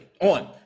on